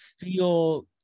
feel